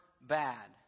bad